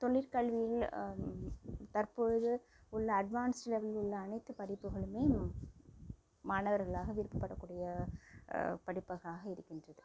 தொழிற்கல்வியில் தற்போது உள்ள அட்வான்ஸ்டு வகையில் உள்ள அனைத்துப் படிப்புகளுமே மாணவர்களாக விருப்பப்படக்கூடிய படிப்பகளாக இருக்கின்றது